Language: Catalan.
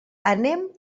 anem